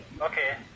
Okay